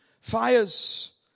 fires